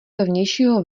vnějšího